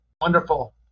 Wonderful